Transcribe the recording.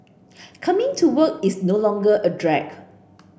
coming to work is no longer a drag